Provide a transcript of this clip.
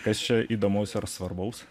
kas čia įdomaus ar svarbaus